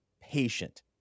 patient